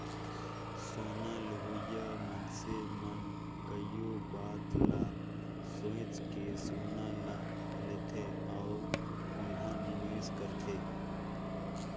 सोना लेहोइया मइनसे मन कइयो बात ल सोंएच के सोना ल लेथे अउ ओम्हां निवेस करथे